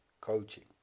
coaching